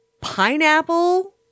pineapple